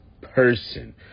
person